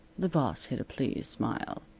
the boss hid a pleased smile.